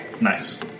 Nice